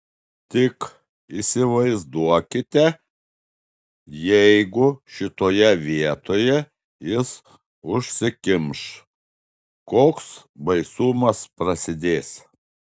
tik įsivaizduokite jeigu šitoje vietoje jis užsikimš koks baisumas prasidės